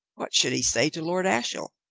what should he say to lord ashiel?